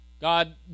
God